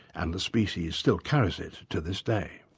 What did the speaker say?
and the species still carries it to this day.